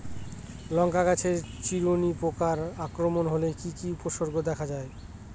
লঙ্কা গাছের চিরুনি পোকার আক্রমণ হলে কি কি উপসর্গ দেখা যায়?